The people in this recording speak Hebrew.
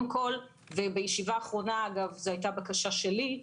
בישיבה האחרונה זו הייתה בקשה שלי,